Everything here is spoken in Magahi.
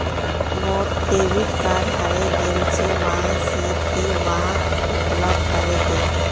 मोर डेबिट कार्ड हरइ गेल छ वा से ति वहाक ब्लॉक करे दे